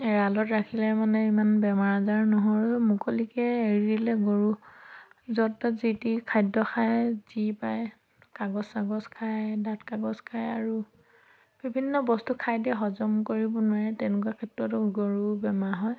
এৰালত ৰাখিলে মানে ইমান বেমাৰ আজাৰ নহয় আৰু মুকলিকৈ এৰি দিলে গৰু য'ত ত'ত যি তি খাদ্য খায় যি পায় কাগজ চাগজ খায় ডাঠকাগজ খায় আৰু বিভিন্ন বস্তু খাই দিয়ে হজম কৰিব নোৱাৰে তেনেকুৱা ক্ষেত্ৰতো গৰু বেমাৰ হয়